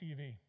TV